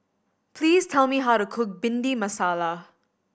please tell me how to cook Bhindi Masala